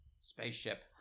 spaceship